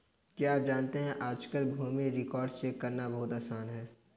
क्या आप जानते है आज कल भूमि रिकार्ड्स चेक करना बहुत आसान है?